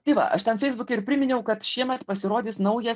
tai va aš ten feisbuke ir priminiau kad šiemet pasirodys nauja